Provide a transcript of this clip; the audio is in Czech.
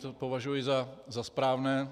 To považuji za správné.